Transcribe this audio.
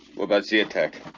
well. that's the attack